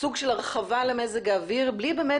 סוג של הרחבה למזג האוויר בלי באמת